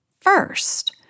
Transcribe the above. first